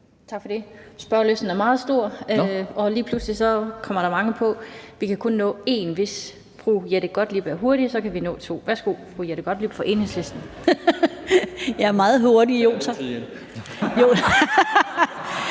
Tak for det. Spørgelysten er meget stor, og lige pludselig kommer der mange på. Vi kan kun nå en mere. Hvis fru Jette Gottlieb er hurtig, kan vi nå to. Værsgo, fru Jette Gottlieb fra Enhedslisten. Kl. 14:20 Jette